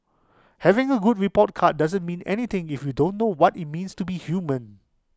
having A good report card doesn't mean anything if you don't know what IT means to be human